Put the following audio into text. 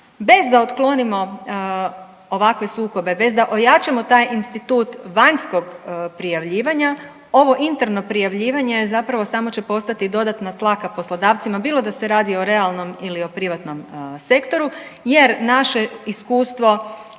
Bez da otklonimo ovakve sukobe, bez da ojačamo taj institut vanjskog prijavljivanja, ovo interno prijavljivanje je zapravo, samo će postati dodatna tlaka poslodavcima, bilo da se radi o realnom ili o privatnom sektoru, jer naše iskustvo,